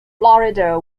florida